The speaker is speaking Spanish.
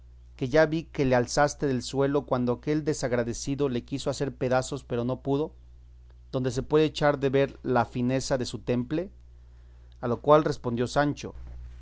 que ya vi que le alzaste del suelo cuando aquel desagradecido le quiso hacer pedazos pero no pudo donde se puede echar de ver la fineza de su temple a lo cual respondió sancho